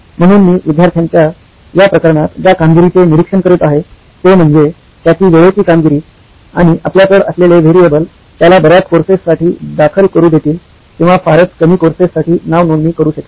म्हणून मी विद्यार्थ्यांच्या या प्रकरणात ज्या कामगिरीचे निरीक्षण करीत आहे ते म्हणजे त्याची वेळेची कामगिरी आणि आपल्याकडे असलेले व्हेरिएबल त्याला बर्याच कोर्सेससाठी दाखल करू देतील किंवा फारच कमी कोर्सेससाठी नाव नोंदणी करू शकेल